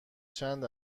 چند